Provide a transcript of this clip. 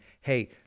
hey